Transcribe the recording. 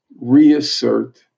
reassert